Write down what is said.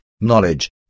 knowledge